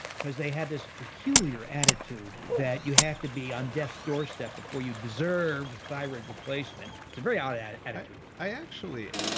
cause they have this peculiar attitude that you have to be on death's doorstep before you deserve thyroid replacement, it's a very odd yeah attitude. i actually,